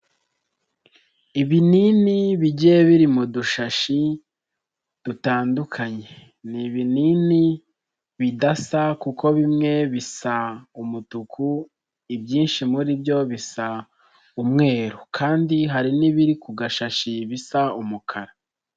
Ibinini bigiye biri mu dushashi dutandukanye ni ibinini bidasa kuko bimwe bisa umutuku ibyinshi muri byo bisa umweru kandi hari n'ibiri ku gashashi bisa umukara.